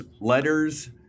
letters